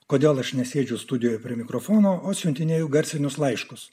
kodėl aš nesėdžiu studijoje prie mikrofono o siuntinėju garsinius laiškus